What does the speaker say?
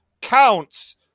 counts